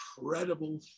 incredible